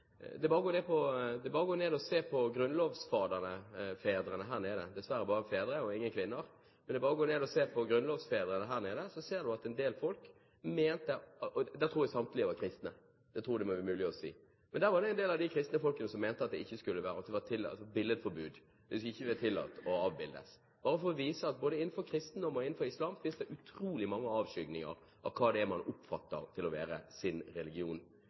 er bare å gå ned og se på grunnlovsfedrene her nede – det er dessverre bare fedre og ingen kvinner, og jeg tror samtlige var kristne, det tror jeg det må være mulig å si. En del av de kristne folkene mente at det skulle være billedforbud, det skulle ikke være tillatt å avbildes – dette bare for å vise at det innenfor både kristendom og islam finnes utrolig mange avskygninger av det man oppfatter å være sin religion.